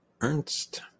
Ernst